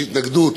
יש התנגדות,